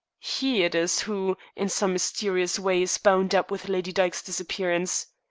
he it is who, in some mysterious way, is bound up with lady dyke's disappearance.